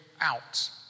out